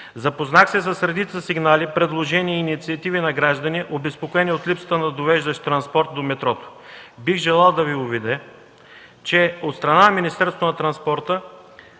Запознах се с редица сигнали, предложения и инициативи на граждани, обезпокоени от липсата на довеждащ транспорт до метрото. Бих желал да Ви уверя, че от страна на Министерството на транспорта,